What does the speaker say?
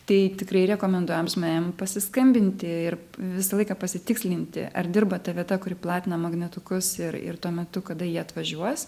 tai tikrai rekomenduojam žmonėm pasiskambinti ir visą laiką pasitikslinti ar dirba ta vieta kuri platina magnetukus ir ir tuo metu kada jie atvažiuos